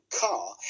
car